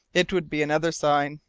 it would be another sign.